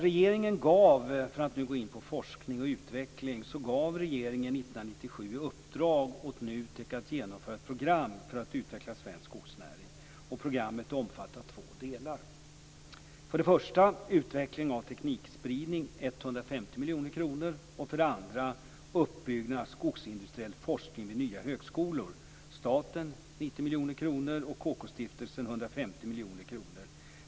Regeringen gav, för att gå in på forskning och utveckling, 1997 i uppdrag åt NUTEK att genomföra ett program för att utveckla svensk skogsnäring. Programmet omfattar två delar. För det första utveckling av teknikspridning, 150 miljoner kronor. För det andra uppbyggnad av skogsindustriell forskning vid nya högskolor. Staten 90 miljoner kronor, KK stiftelsen 150 miljoner kronor.